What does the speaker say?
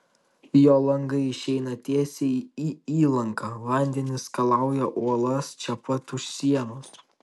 jo langai išeina tiesiai į įlanką vandenys skalauja uolas čia pat už sienos